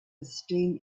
esteem